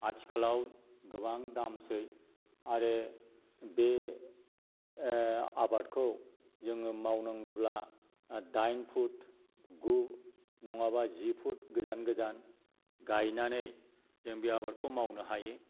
आथिखालाव गोबां दामसै आरो बे आबादखौ जोङो मावनांगौब्ला दाइन फुट गु नङाबा जि फुट गोजान गोजान गायनानै जों बे आबादखौ मावनो हायो